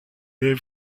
les